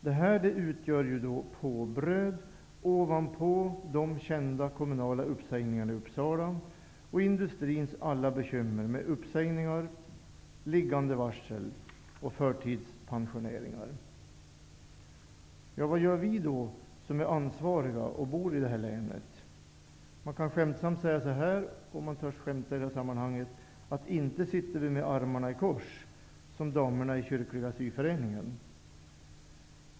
Detta utgör påbröd ovanpå de kända kommunala uppsägningarna i Uppsala kommun samt industrins alla bekymmer med uppsägningar, liggande varsel och förtidspensioneringar. Jag kan skämtsamt säga -- om jag törs skämta i detta sammanhang -- att inte sitter vi med armarna i kors som damerna i kyrkliga syföreningen.